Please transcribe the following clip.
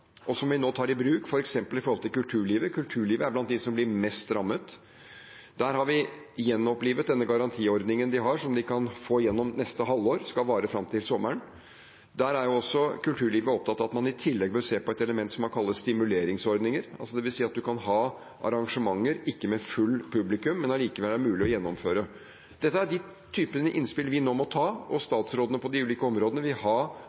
og som vi nå tar i bruk, f.eks. for kulturlivet. Kulturlivet er blant dem som blir mest rammet. Der har vi gjenopplivet den garantiordningen de har, som de kan få gjennom neste halvår – den skal vare fram til sommeren. Kulturlivet er opptatt av at man i tillegg bør se på et element som man kaller stimuleringsordninger, dvs. at man kan ha arrangementer – ikke med fullt publikum, men som det allikevel er mulig å gjennomføre. Dette er de typene innspill vi nå må ta, og statsrådene på de ulike områdene vil ha